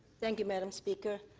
thank you, madam speaker.